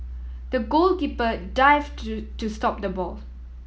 the goalkeeper dived to stop the ball